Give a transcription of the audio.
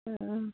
অঁ